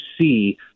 see